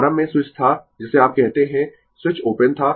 प्रारंभ में स्विच था जिसे आप कहते है स्विच ओपन था